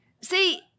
See